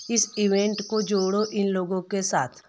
इस ईवेंट को जोड़ों इन लोगों के साथ